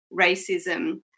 racism